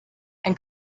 and